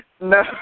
No